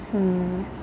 hmm